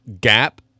gap